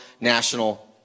national